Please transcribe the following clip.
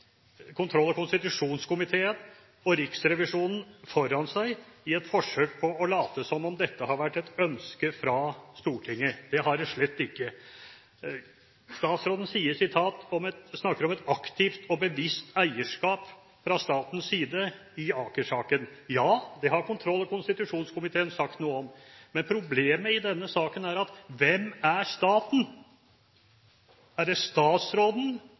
kontroll- og konstitusjonskomiteen og Riksrevisjonen foran seg i et forsøk på å late som om dette har vært et ønske fra Stortinget. Det har det slett ikke. Statsråden snakker om «et aktivt og bevisst eierskap fra statens side» i Aker-saken. Ja, det har kontroll- og konstitusjonskomiteen sagt noe om. Men problemet i denne saken er: Hvem er staten? Er det statsråden,